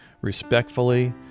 Respectfully